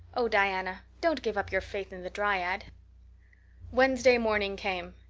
oh, diana, don't give up your faith in the dryad wednesday morning came.